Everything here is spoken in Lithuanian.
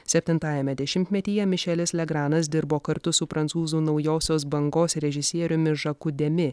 septintajame dešimtmetyje mišelis legranas dirbo kartu su prancūzų naujosios bangos režisieriumi žaku demi